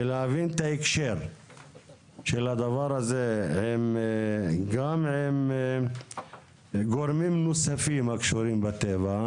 ולהבין את ההקשר של הדבר הזה גם עם גורמים נוספים הקשורים בטבע,